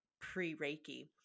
pre-Reiki